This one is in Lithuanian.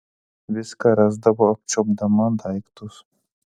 viską rasdavo apčiuopdama daiktus